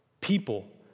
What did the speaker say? people